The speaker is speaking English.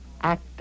act